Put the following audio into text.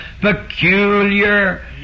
peculiar